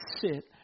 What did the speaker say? sit